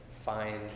find